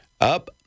up